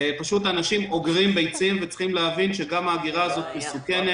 פשוט אנשים אוגרים ביצים וצריך להבין שגם האגירה הזאת מסוכנת.